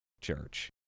Church